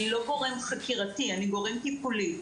אני לא גורם חקירתי אני גורם טיפולי.